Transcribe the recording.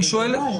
אני שואל.